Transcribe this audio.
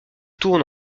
tourne